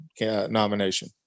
nomination